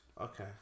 Okay